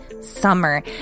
summer